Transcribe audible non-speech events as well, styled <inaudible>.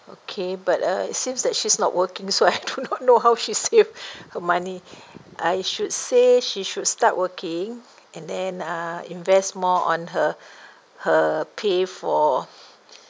okay but uh it seems that she's not working so I do not know <laughs> how she save her money I should say she should start working and then uh invest more on her her pay for